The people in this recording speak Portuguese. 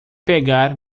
pegar